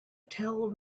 tell